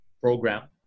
program